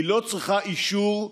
היא לא צריכה אישור,